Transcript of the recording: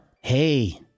Hey